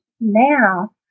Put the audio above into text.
Now